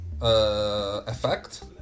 effect